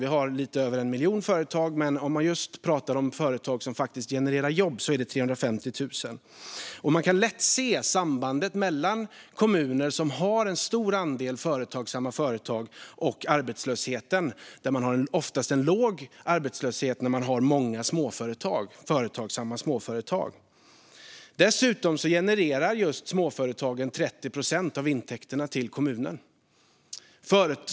Vi har lite mer än 1 miljon företag, men om man pratar om just företag som faktiskt genererar jobb är de 350 000. Man kan lätt se ett samband mellan kommuner som har en stor andel företagsamma företag och arbetslösheten, där man oftast har en låg arbetslöshet när man har många företagsamma småföretag. Dessutom genererar just småföretagen 30 procent av intäkterna till kommunen.